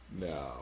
No